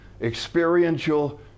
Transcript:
experiential